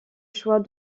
choix